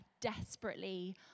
desperately